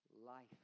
life